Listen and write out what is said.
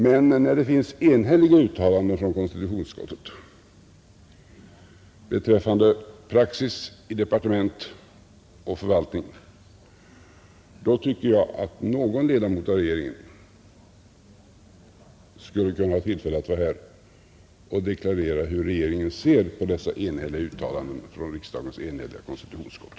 Men när det finns enhälliga uttalanden från konstitutionsutskottet beträffande praxis i departement och förvaltning, då tycker jag att någon ledamot av regeringen skulle kunna ha tillfälle att vara här och deklarera hur regeringen ser på dessa uttalanden från riksdagens enhälliga konstitutionsutskott.